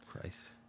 Christ